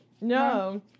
No